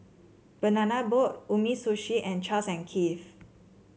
Banana Boat Umisushi and Charles and Keith